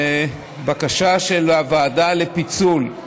בקשה של הוועדה לפיצול.